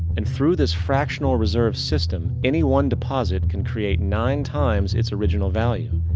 and through this fractional reserve system, any one deposit can create nine times its original value.